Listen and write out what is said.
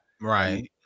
Right